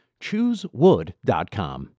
choosewood.com